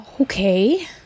Okay